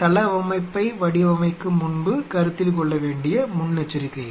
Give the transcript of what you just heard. தளவமைப்பை வடிவமைக்கும் முன்பு கருத்தில் கொள்ள வேண்டிய முன்னெச்சரிக்கைகள்